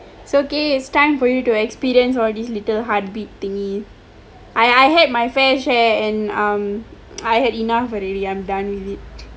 so ok it's time for you to experience all these little heartbeat thingy I I had my fair share and um I had enough already I'm done with it